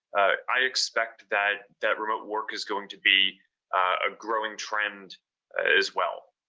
i expect that that remote work is going to be a growing trend as well.